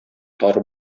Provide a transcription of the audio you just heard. тар